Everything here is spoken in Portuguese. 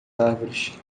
árvores